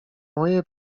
moje